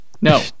No